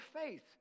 faith